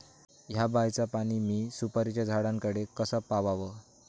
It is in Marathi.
हया बायचा पाणी मी सुपारीच्या झाडान कडे कसा पावाव?